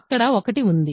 అక్కడ 1 ఉంది